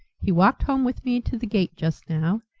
he walked home with me to the gate just now,